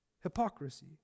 Hypocrisy